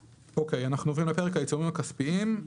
אוקיי, אנחנו עוברים לפרק העיצומים הכספיים.